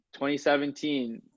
2017